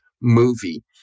movie